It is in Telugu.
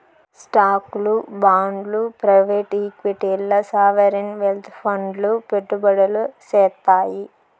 స్టాక్లు, బాండ్లు ప్రైవేట్ ఈక్విటీల్ల సావరీన్ వెల్త్ ఫండ్లు పెట్టుబడులు సేత్తాయి